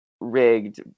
rigged